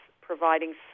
providing